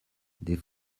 des